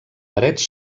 parets